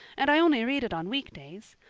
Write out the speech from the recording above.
and i only read it on weekdays.